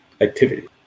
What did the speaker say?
activity